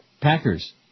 Packers